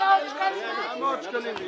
איזה מאות שקלים?